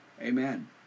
Amen